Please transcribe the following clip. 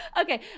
okay